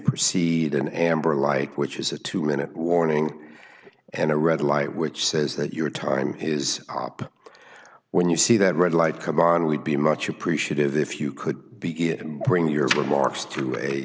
proceed an amber light which is a two minute warning and a red light which says that your time is op when you see that red light come on we'd be much appreciative if you could be it and bring your